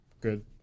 good